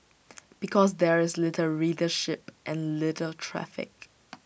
because there is little readership and little traffic